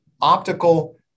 optical